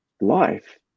life